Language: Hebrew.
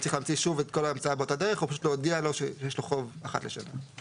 שוב את ההמצאה באותה דרך או פשוט להודיע לו אחת לשנה שיש לו חוב.